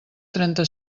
trenta